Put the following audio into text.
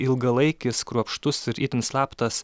ilgalaikis kruopštus ir itin slaptas